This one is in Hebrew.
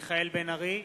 מיכאל בן-ארי,